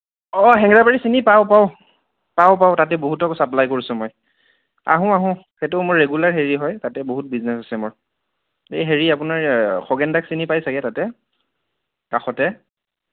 অঁ হেঙেৰাবাৰী চিনি পাওঁ পাওঁ পাওঁ পাওঁ তাতেই বহুতকো চাপ্লাই কৰিছোঁ মই আহোঁ আহোঁ সেইটো মোৰ ৰেগুলাৰ হেৰি হয় তাতেই বহুত বিজনেছ আছে মোৰ এই হেৰি আপোনাৰ খগেন দাক চিনি পাই চাগৈ তাতে কাষতে